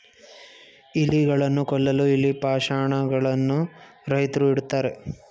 ಇಲಿಗಳನ್ನು ಕೊಲ್ಲಲು ಇಲಿ ಪಾಷಾಣ ಗಳನ್ನು ರೈತ್ರು ಇಡುತ್ತಾರೆ